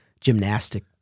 gymnastic